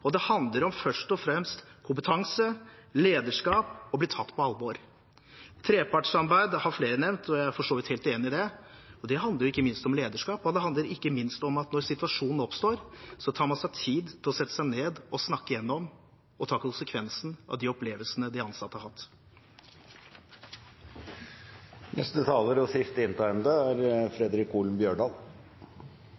og det handler først og fremst om kompetanse, lederskap og om å bli tatt på alvor. Trepartssamarbeid har flere nevnt, og jeg er for så vidt helt enig i det, og det handler jo ikke minst om lederskap. Og det handler ikke minst om at når situasjonen oppstår, så tar man seg tid til å sette seg ned og snakke igjennom og ta konsekvensen av de opplevelsene de ansatte har hatt. Sjølv om komiteen i all hovudsak er